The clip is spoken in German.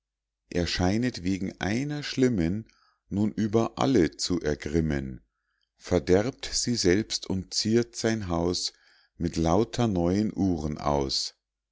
er scheinet wegen einer schlimmen nun über alle zu ergrimmen verderbt sie selbst und ziert sein haus mit lauter neuen uhren aus